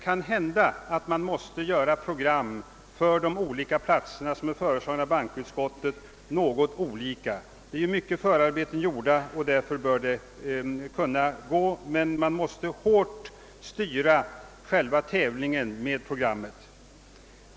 Kanhända måste man göra programmen för de olika platser, som är föreslagna av bankoutskottet, något olika. Många förarbeten är gjorda, och därför bör detta kunna gå. Man måste emellertid hårt styra själva tävlingen med programmet.